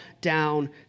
down